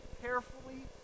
carefully